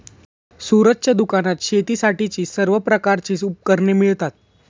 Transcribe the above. सूरजच्या दुकानात शेतीसाठीची सर्व प्रकारची उपकरणे मिळतात